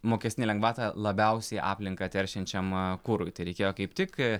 mokestinę lengvatą labiausiai aplinką teršiančiam kurui tai reikėjo kaip tik